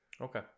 Okay